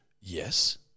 Yes